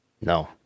No